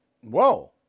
whoa